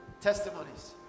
testimonies